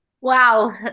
Wow